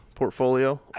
Portfolio